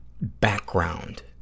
background